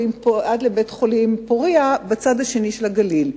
לבית-החולים "פורייה" בצד השני של הגליל,